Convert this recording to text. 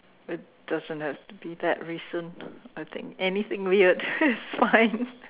it doesn't have to be that recent I think anything weird is fine